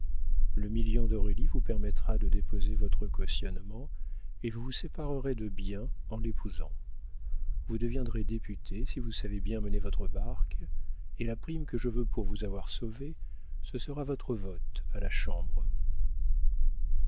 le million d'aurélie vous permettra de déposer votre cautionnement et vous vous séparerez de biens en l'épousant vous deviendrez député si vous savez bien mener votre barque et la prime que je veux pour vous avoir sauvé ce sera votre vote à la chambre